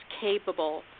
capable